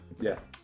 Yes